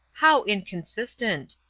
how inconsistent!